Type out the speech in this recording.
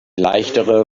leichtere